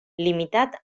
limitat